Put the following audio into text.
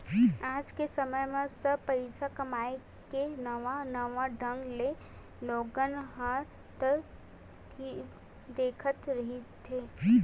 आज के समे म सब पइसा कमाए के नवा नवा ढंग ले लोगन ह तरकीब देखत रहिथे